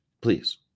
please